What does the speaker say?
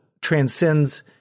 transcends